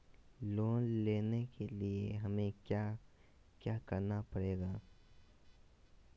Loan लेने के लिए हमें क्या क्या करना पड़ेगा?